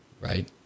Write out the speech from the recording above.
right